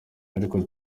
ariko